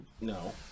No